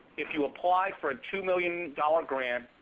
if you apply for a two million dollars grant,